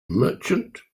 merchant